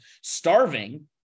starving